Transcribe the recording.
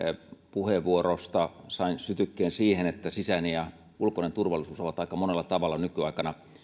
puheenvuorosta sain sytykkeen siihen että sisäinen ja ulkoinen turvallisuus ovat aika monella tavalla nykyaikana